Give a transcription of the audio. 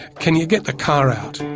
can you get the car out?